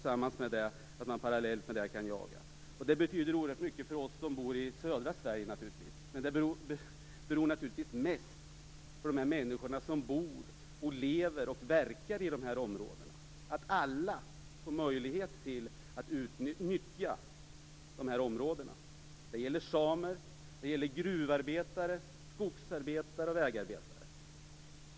Parallellt med detta skall man också kunna jaga. Det betyder naturligtvis oerhört mycket för oss som bor i södra Sverige, men det betyder mest för de människor som bor, lever och verkar i de här områdena. Alla skall få möjlighet att nyttja dessa områden. Det gäller samer, gruvarbetare, skogsarbetare och vägarbetare.